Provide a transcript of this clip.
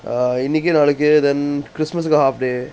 uh இன்னிக்கு நாளைக்கு:innikku nalaikku then christmas கு:k half day